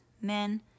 Men